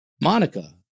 Monica